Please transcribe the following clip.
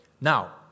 Now